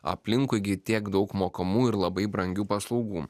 aplinkui gi tiek daug mokamų ir labai brangių paslaugų